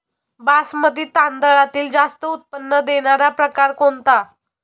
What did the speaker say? बासमती तांदळातील जास्त उत्पन्न देणारा प्रकार कोणता?